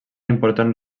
important